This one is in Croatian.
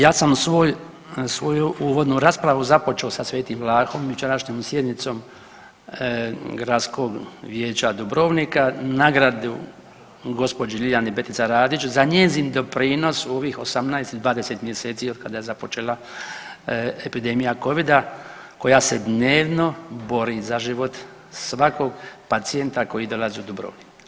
Ja sam svoju uvodnu raspravu započeo sa sv. Vlahom, jučerašnjom sjednicom Gradskog vijeća Dubrovnika, nagradu gđi. Ljiljani Betica Radić za njezin doprinos u ovih 18 ili 20 mjeseci od kada je započela epidemije Covida koja se dnevno bori za život svakog pacijenta koji dolazi u Dubrovnik.